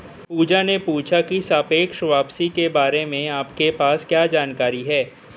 पूजा ने पूछा की सापेक्ष वापसी के बारे में आपके पास क्या जानकारी है?